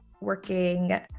working